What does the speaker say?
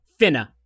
finna